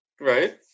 Right